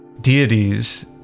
deities